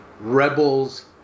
Rebels